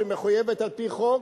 שמחויבת על-פי חוק,